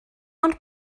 ond